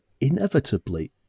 inevitably